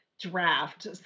draft